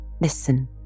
Listen